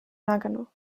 nagano